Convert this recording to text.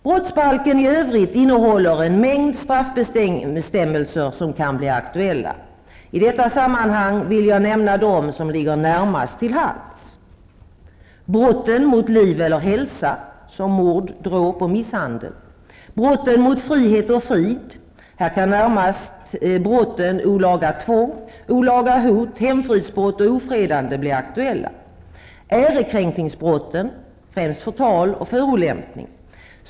Brottsbalken i övrigt innehåller en mängd straffbestämmelser som kan bli aktuella. I detta sammanhang vill jag nämna dem som ligger närmast till hands. Brotten mot liv eller hälsa, såsom mord, dråp och misshandel. Brotten mot frihet och frid. Här kan närmast brotten olaga tvång, olaga hot, hemfridsbrott och ofredande bli aktuella. Ärekränkningsbrotten, främst förtal och förolämpning.